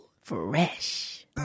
Fresh